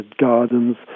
gardens